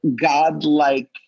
godlike